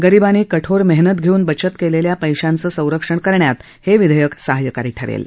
गरिबांनी कठोर मेहनत घेऊन बचत केलेल्या पैशांचं संरक्षण करण्यात हे विधेयक साहाय्यकारी ठरेल